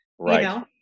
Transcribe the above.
Right